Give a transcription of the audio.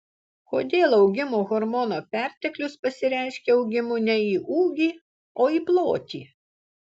kodėl augimo hormono perteklius pasireiškia augimu ne į ūgį o į plotį